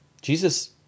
Jesus